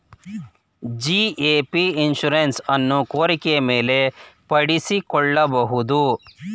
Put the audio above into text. GAP insurance ಅನ್ನು ಕೋರಿಕೆ ಮೇಲೆ ಪಡಿಸಿಕೊಳ್ಳಬಹುದು